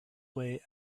way